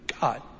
God